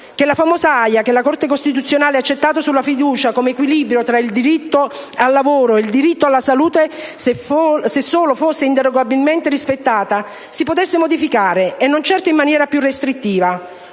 Che la famosa AIA - che la Corte Costituzionale ha accettato sulla fiducia come equilibrio tra il diritto al lavoro e il diritto alla salute, solo se fosse inderogabilmente rispettata - si potesse modificare e non certo in maniera più restrittiva.